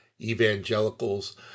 evangelicals